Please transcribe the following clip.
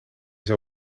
zou